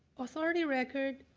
authority record,